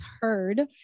heard